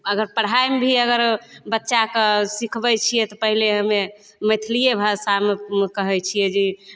अगर पढ़ाइमे भी अगर बच्चा कऽ सीखबै छियै तऽ पहिले हमे मैथिलिए भाषामे कहै छियै जे